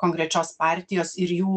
konkrečios partijos ir jų